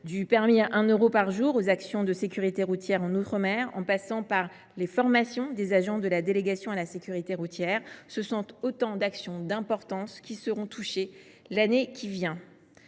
Du permis à 1 euro par jour aux actions de sécurité routière en outre mer, en passant par les formations des agents de la délégation à la sécurité routière, ce sont autant d’actions d’importance qui seront touchées l’année qui vient.